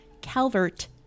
Calvert